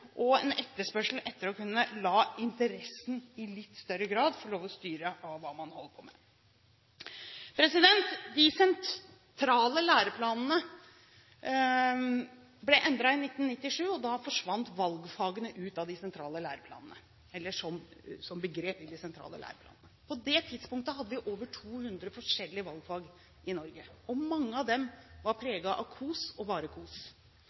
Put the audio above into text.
etterspørsel etter å kunne la interessen i litt større grad få lov til å styre hva man holder på med. De sentrale læreplanene ble endret i 1997. Da forsvant valgfagene som begrep fra de sentrale læreplanene. På det tidspunktet hadde vi over 200 forskjellige valgfag i Norge, og mange av dem var preget av kos og